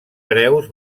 hereus